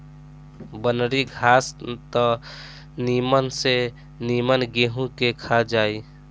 बनरी घास त निमन से निमन गेंहू के खा जाई